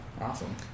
Awesome